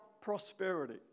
prosperity